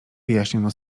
wyjaśniono